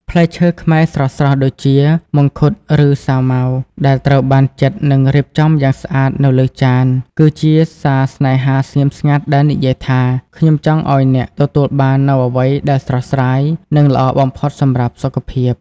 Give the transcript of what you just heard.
ផ្លែឈើខ្មែរស្រស់ៗដូចជា មង្ឃុត ឬសាវម៉ាវ ដែលត្រូវបានចិត និងរៀបចំយ៉ាងស្អាតនៅលើចាន គឺជាសារស្នេហាស្ងៀមស្ងាត់ដែលនិយាយថា «ខ្ញុំចង់ឱ្យអ្នកទទួលបាននូវអ្វីដែលស្រស់ស្រាយ និងល្អបំផុតសម្រាប់សុខភាព»។